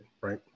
Right